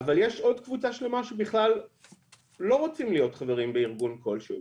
אבל יש עוד קבוצה שלמה שבכלל לא רוצים להיות חברים בארגון כלשהו.